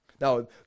Now